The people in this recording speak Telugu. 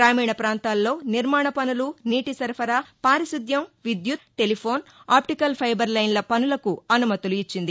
గ్రామీణ పాంతాల్లో నిర్మాణ పనులు నీటి సరఫరా పారిశుద్యం విద్యుక్ టెలిఫోన్ ఆప్లికల్ ఫైబర్ లైన్ల పనులకు అనుమతులు ఇచ్చింది